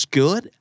good